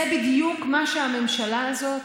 זה בדיוק מה שהממשלה הזאת,